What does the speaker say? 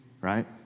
Right